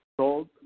sold